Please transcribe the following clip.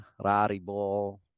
Raribo